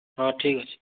ହଁ ଠିକ୍ ଅଛି